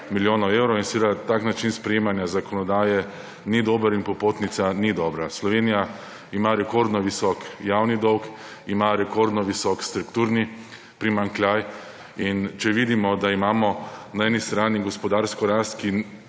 milijonov evrov. In seveda, tak način sprejemanja zakonodaje ni dober in popotnica ni dobra. Slovenija ima rekordno visok javni dolg, ima rekordno visok strukturni primanjkljaj, in če vidimo, da imamo na eni strani gospodarsko rast, s